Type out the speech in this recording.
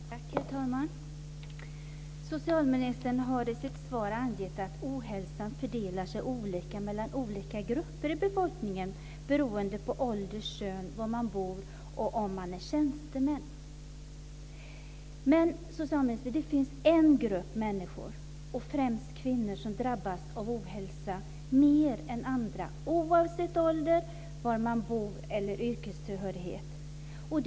Herr talman! Socialministern har i sitt svar angett att ohälsan fördelar sig olika mellan olika grupper i befolkningen beroende på ålder, kön, var man bor och om man är tjänsteman. Men, socialministern, det finns en grupp av människor, främst kvinnor, som mer än andra drabbas av ohälsa - oavsett ålder, var de bor eller vilket yrke de har.